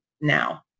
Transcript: now